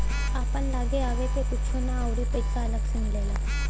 आपन लागे आवे के कुछु ना अउरी पइसा अलग से मिलेला